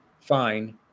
Fine